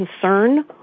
concern